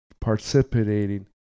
participating